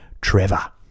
Trevor